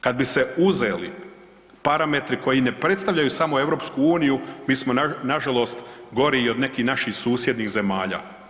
Kad bi se uzeli parametri koji ne predstavljaju samo EU mi smo nažalost gori i od nekih naših susjednih zemalja.